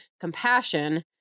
compassion